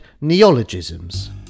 neologisms